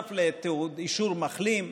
נוסף לאישור מחלים,